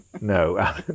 no